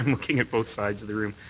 um looking at both sides of the room.